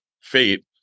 fate